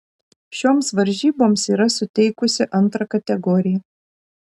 šioms varžyboms yra suteikusi antrą kategoriją